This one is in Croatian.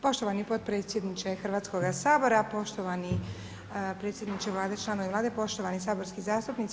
Poštovani potpredsjedniče Hrvatskoga sabora, poštovani predsjedniče Vlade, članovi Vlade, poštovani saborski zastupnici.